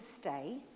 stay